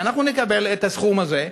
שאנחנו נקבל את הסכום הזה,